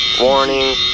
warning